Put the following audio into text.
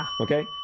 Okay